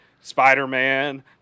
spider-man